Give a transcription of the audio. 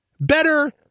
Better